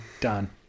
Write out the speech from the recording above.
Done